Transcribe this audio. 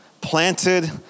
planted